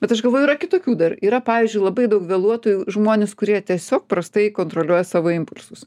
bet aš galvoju yra kitokių dar yra pavyzdžiui labai daug vėluotojų žmonės kurie tiesiog prastai kontroliuoja savo impulsus